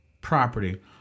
property